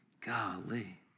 Golly